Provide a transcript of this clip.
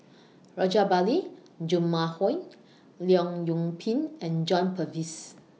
Rajabali Jumabhoy Leong Yoon Pin and John Purvis